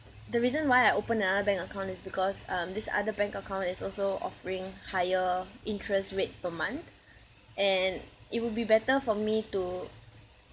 the reason why I open another bank account is because um this other bank account is also offering higher interest rate per month and it would be better for me to